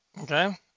Okay